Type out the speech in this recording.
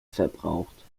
verbraucht